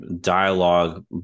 dialogue